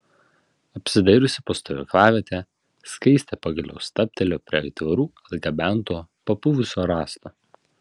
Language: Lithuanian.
apsidairiusi po stovyklavietę skaistė pagaliau stabtelėjo prie aitvarų atgabento papuvusio rąsto